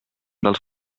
dels